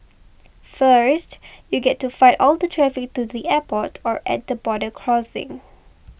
first you get to fight all the traffic to the airport or at the border crossing